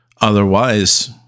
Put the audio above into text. Otherwise